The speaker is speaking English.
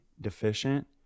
deficient